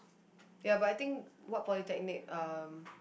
ya but I think what polytechnic um